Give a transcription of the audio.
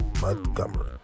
Montgomery